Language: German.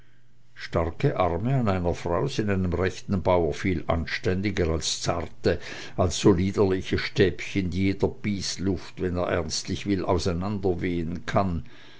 starke arme an einer frau sind einem rechten bauer viel anständiger als zarte als so liederliche stäbchen die jeder bysluft wenn er ernstlich will auseinanderwehen kann